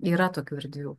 yra tokių erdvių